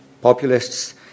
Populists